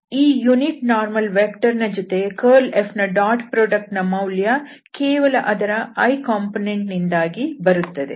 ಈ ಏಕಾಂಶ ಲಂಬ ಸದಿಶ ನ ಜೊತೆ curlF ನ ಡಾಟ್ ಪ್ರೋಡಕ್ಟ್ ನ ಮೌಲ್ಯ ಕೇವಲ ಅದರ i ಕಾಂಪೊನೆಂಟ್ ನಿಂದಾಗಿ ಬರುತ್ತದೆ